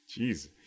Jeez